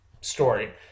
story